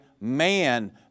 man